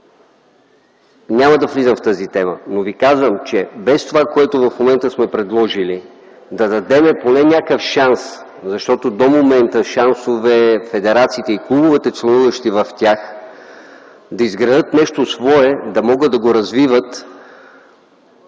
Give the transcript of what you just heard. Няма да влизам в тази тема! Но ви казвам, че без това, което в момента сме предложили, да дадем поне някакъв шанс, защото до момента нямат шансове федерациите и клубовете, членуващи в тях, да изградят нещо свое, за да могат да го развиват